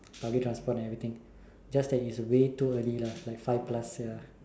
public transport and everything just that it is way too early lah like five plus